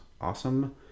awesome